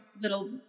little